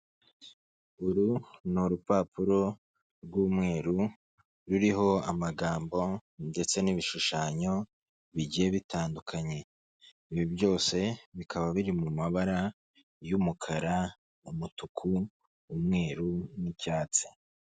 Uru ni urupapuro rw'umweru ruriho amagambo ndetse n'ibishushanyo bigiye bitandukanye, ibi byose bikaba biri mu mabara y'umukara, umutuku, umweru n'icyatsi.